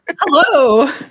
Hello